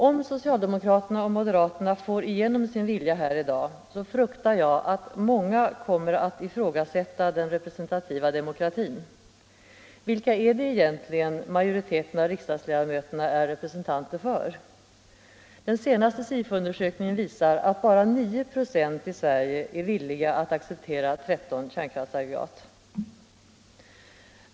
Om socialdemokraterna och moderaterna får igenom sin vilja här i dag, fruktar jag att många kommer att ifrågasätta den representativa demokratin. Vilka är det egentligen majoriteten av riksdagsledamöterna är representanter för? Den senaste Sifo-undersökningen visar att bara 9 96 i Sverige är villiga att acceptera 13 aggregat.